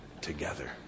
together